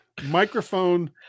Microphone